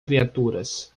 criaturas